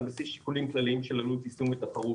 על פי שיקולים כללים של עלות יישום ותחרות.